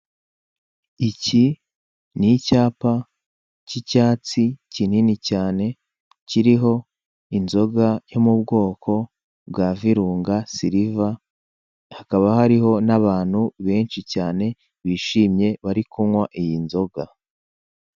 Iki ni icyapa k'icyatsi kinini cyane kiriho inzoga yo mu bwoko bwa virunga siriva, hakaba hariho n'abantu benshi cyane bishimye bari kunywa iyi nzoga.